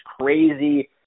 crazy